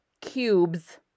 cubes